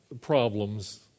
problems